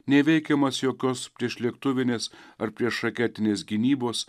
neįveikiamas jokios priešlėktuvinės ar priešraketinės gynybos